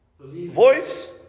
Voice